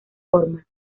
forma